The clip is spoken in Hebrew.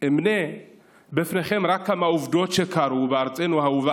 אמנה בפניכם רק כמה עובדות שקרו בארצנו האהובה